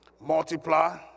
Multiply